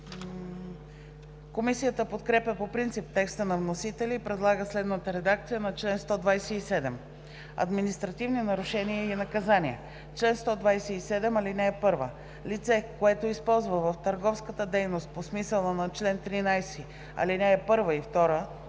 Комисията подкрепя по принцип текста на вносителя и предлага следната редакция на чл. 127: „Административни нарушения и наказания Чл. 127. (1) Лице, което използва в търговската дейност по смисъла на чл. 13, ал. 1 и 2 стоки